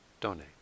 donate